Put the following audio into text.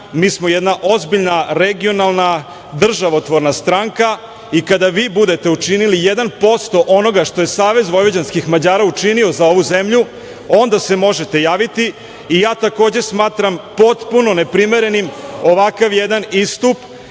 mi smo jedna ozbiljna regionalna, državotvorna stranka i kada vi budete učinili jedan posto onoga što je Savez vojvođanskih Mađara učinio za ovu zemlju, onda se možete javiti. Takođe, smatram potpuno neprimerenim ovakav jedan istup